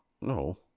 No